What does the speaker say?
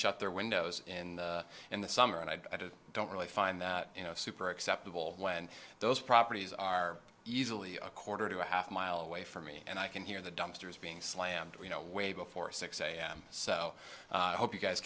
shut their windows in in the summer and i don't really find that you know super acceptable when those properties are easily a quarter to a half mile away from me and i can hear the dumpsters being slammed you know way before six am so i hope you guys